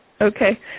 Okay